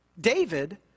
David